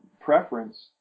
preference